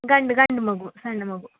ಗಂಡು ಗಂಡು ಮಗು ಸಣ್ಣ ಮಗು